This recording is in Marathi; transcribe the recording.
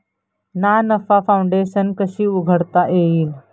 ना नफा फाउंडेशन कशी उघडता येईल?